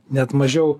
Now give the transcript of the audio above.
net mažiau